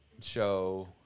show